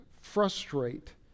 frustrate